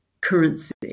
currency